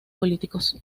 políticos